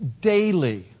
daily